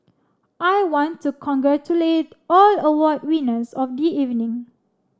I want to congratulate all award winners of the evening